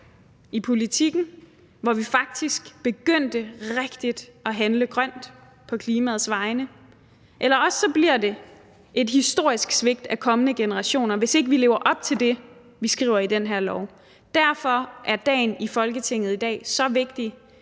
i politikken, hvor vi faktisk rigtig begyndte at handle grønt på klimaets vegne, eller også bliver det et historisk svigt af kommende generationer, hvis ikke vi lever op til det, vi skriver i den her lov. Derfor er dagen i dag i Folketinget så vigtig,